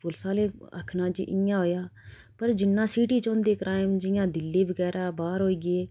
पुलस आह्लें आखना जे इ'यां होएआ पर जिन्ना सिटी च होंदे क्राइम जियां दिल्ली बगैरा बाह्र होई गे